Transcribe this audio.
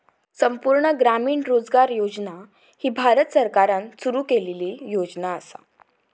संपूर्ण ग्रामीण रोजगार योजना ही भारत सरकारान सुरू केलेली योजना असा